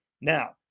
now